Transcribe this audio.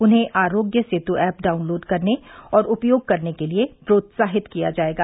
उन्हें Aarogya Setu app download करने और उपयोग करने के लिए प्रोत्साहित किया जाएगा